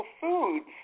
foods